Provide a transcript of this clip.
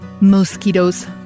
mosquitoes